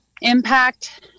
impact